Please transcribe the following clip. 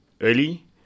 early